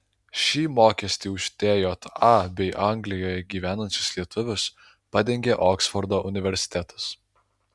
šį mokestį už tja bei anglijoje gyvenančius lietuvius padengė oksfordo universitetas